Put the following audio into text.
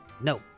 No